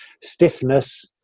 stiffness